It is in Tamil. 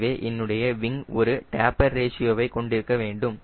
எனவே என்னுடைய விங் ஒரு டேப்பர் ரேஷியோவை கொண்டிருக்க வேண்டும்